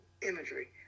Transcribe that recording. imagery